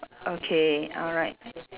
okay alright